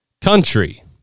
country